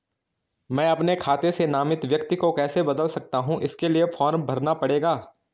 मैं अपने खाते से नामित व्यक्ति को कैसे बदल सकता हूँ इसके लिए फॉर्म भरना पड़ेगा?